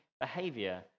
behavior